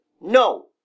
No